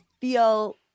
feel